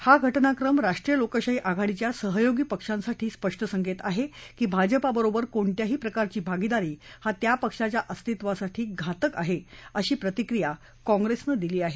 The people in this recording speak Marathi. हा घटनाक्रम राष्ट्रीय लोकशाही आघाडीच्या सहयोगी पक्षांसाठी स्पष्ट संकेत आहे की भाजपाबरोबर कोणत्याही प्रकारची भागिदारी त्या पक्षाच्या अस्तित्वासाठी घातक असते अशी प्रतिक्रिया काँग्रेसनं दिली आहे